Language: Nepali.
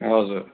हजुर